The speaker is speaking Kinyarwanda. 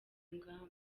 ingamba